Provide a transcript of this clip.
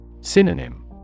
Synonym